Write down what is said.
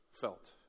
felt